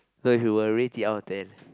no if you were to rate it out of ten